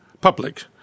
public